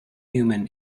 human